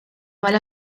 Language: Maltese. mal